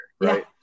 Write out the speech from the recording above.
right